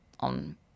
On